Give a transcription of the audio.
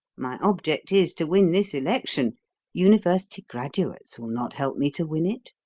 my object is, to win this election university graduates will not help me to win it.